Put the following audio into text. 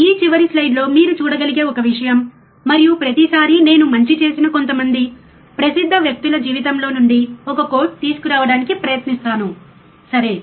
ఈ చివరి స్లయిడ్లో మీరు చూడగలిగే ఒక విషయం మరియు ప్రతిసారీ నేను మంచి చేసిన కొంతమంది ప్రసిద్ధ వ్యక్తుల జీవితంలో నుండి ఒక కోట్ తీసుకురావడానికి ప్రయత్నిస్తాను సరే